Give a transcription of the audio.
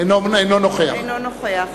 אינו נוכח